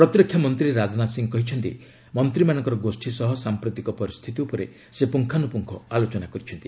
ପ୍ରତିରକ୍ଷା ମନ୍ତ୍ରୀ ରାଜନାଥ ସିଂହ କହିଛନ୍ତି ମନ୍ତ୍ରୀମାନଙ୍କର ଗୋଷୀ ସହ ସାମ୍ପ୍ରତିକ ପରିସ୍ଥିତି ଉପରେ ସେ ପୁଙ୍ଗାନୁପୁଙ୍ଗ ଆଲୋଚନା କରିଛନ୍ତି